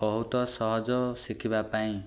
ବହୁତ ସହଜ ଶିଖିବା ପାଇଁ